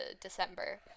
December